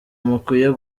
mukwiye